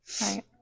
Right